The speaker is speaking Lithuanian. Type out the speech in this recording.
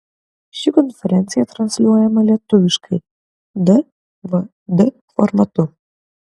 ši konferencija transliuojama lietuviškai dvd formatu